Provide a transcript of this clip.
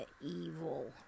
evil